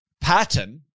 pattern